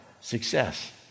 success